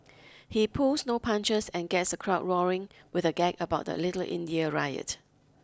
he pulls no punches and gets the crowd roaring with a gag about the Little India riot